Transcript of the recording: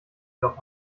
doch